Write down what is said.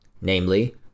namely